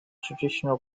traditional